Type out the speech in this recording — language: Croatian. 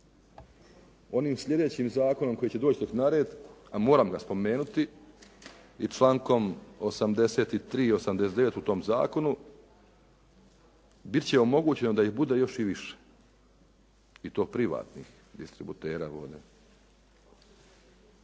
Onim slijedećim zakonom koji će doći tek na red a moram ga spomenuti i člankom 83. i 89. u tom zakonu bit će omogućeno da ih bude još i više, i to privatnih distributera vode.